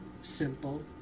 simple